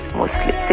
mostly